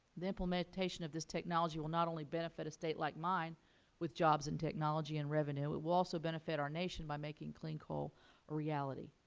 the implementation of this technology will not only benefit a state like mine with jobs in technology and revenue, it will also benefit our nation by making clean coal a reality.